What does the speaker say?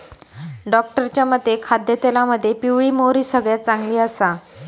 डॉक्टरांच्या मते खाद्यतेलामध्ये पिवळी मोहरी सगळ्यात चांगली आसा